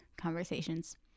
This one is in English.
conversations